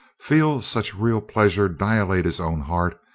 feel such real pleasure dilate his own heart,